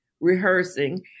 rehearsing